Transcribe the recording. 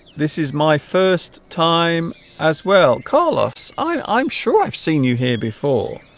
this is my first time as well carlos i'm sure i've seen you here before